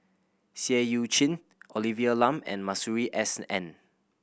Seah Eu Chin Olivia Lum and Masuri S N